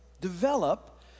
develop